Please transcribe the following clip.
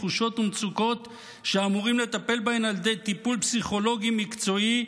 תחושות ומצוקות שאמורים לטפל בהן על ידי טיפול פסיכולוגי מקצועי,